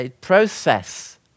process